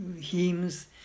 hymns